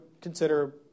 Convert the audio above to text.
consider